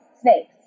snakes